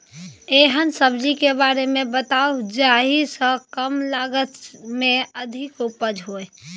एहन सब्जी के बारे मे बताऊ जाहि सॅ कम लागत मे अधिक उपज होय?